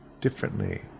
differently